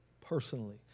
personally